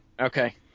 Okay